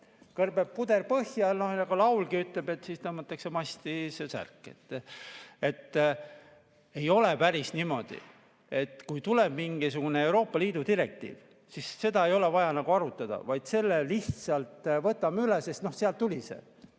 Kõrbeb puder põhja, siis, nagu laulgi ütleb, tõmmatakse see särk masti. Ei ole päris nii, et kui tuleb mingisugune Euroopa Liidu direktiiv, siis seda ei ole vaja nagu arutada, vaid selle lihtsalt võtame üle, sest see tuli sealt.